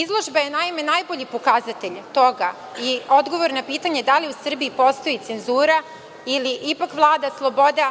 Izložba je najbolji pokazatelj toga i odgovor na pitanje da li u Srbiji postoji ili ipak vlada sloboda